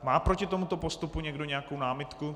Má proti tomuto postupu někdo nějakou námitku?